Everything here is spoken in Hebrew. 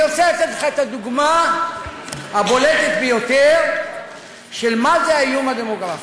אני רוצה לתת לך את הדוגמה הבולטת ביותר של מה זה האיום הדמוגרפי.